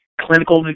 clinical